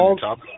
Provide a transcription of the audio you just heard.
Top